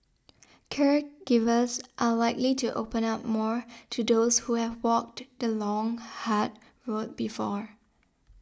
caregivers are likely to open up more to those who have walked the long hard road before